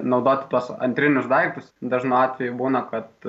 naudoti tuos antrinius daiktus dažnu atveju būna kad